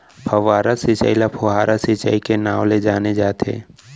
फव्हारा सिंचई ल फोहारा सिंचई के नाँव ले जाने जाथे